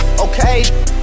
Okay